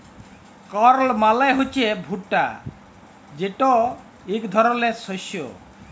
কর্ল মালে হছে ভুট্টা যেট ইক ধরলের শস্য